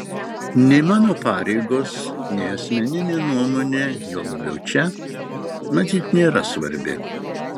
nei mano pareigos nei asmeninė nuomonė juo labiau čia matyt nėra svarbi